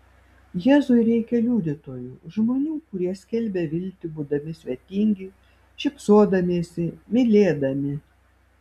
jėzui reikia liudytojų žmonių kurie skelbia viltį būdami svetingi šypsodamiesi mylėdami